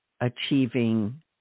achieving